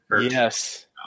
Yes